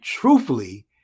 truthfully